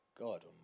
God